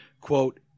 Quote